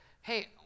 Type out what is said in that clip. hey